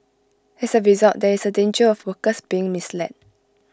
as A result there is A danger of workers being misled